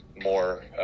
more